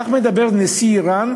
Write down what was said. כך מדבר נשיא איראן,